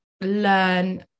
learn